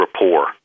rapport